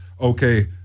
Okay